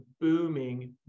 booming